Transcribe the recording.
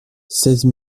seize